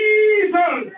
Jesus